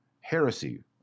heresy